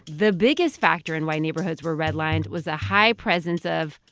the biggest factor in why neighborhoods were redlined was the high presence of,